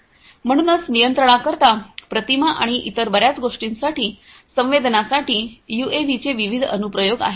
म्हणूनच नियंत्रणाकरिता प्रतिमा आणि इतर बर्याच गोष्टींसाठी संवेदनासाठी यूएव्हीचे विविध अनुप्रयोग आहेत